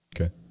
Okay